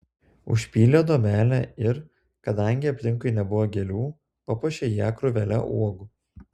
užpylė duobelę ir kadangi aplinkui nebuvo gėlių papuošė ją krūvele uogų